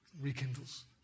rekindles